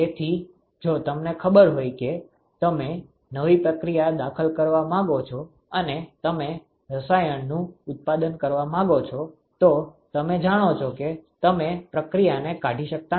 તેથી જો તમને ખબર હોય કે તમે નવી પ્રક્રિયા દાખલ કરવા માંગો છો અને તમે નવા રસાયણનું ઉત્પાદન વધારવા માંગો છો તો તમે જાણો છો કે તમે પ્રક્રિયાને કાઢી શકતા નથી